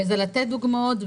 זה לתת דוגמאות,